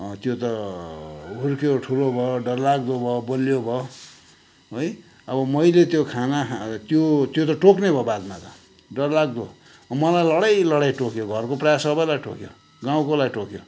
त्यो त हुर्कियो ठुलो भयो डरलाग्दो भयो बलियो भयो है अब मैले त्यो खाना त्यो त्यो त टोक्ने भयो बादमा त डरलाग्दो मलाई लडाई लडाई टोक्यो घरको प्रायः सबैलाई टोक्यो गाउँकोलाई टोक्यो